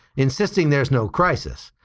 insisting there is no crisis,